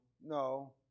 no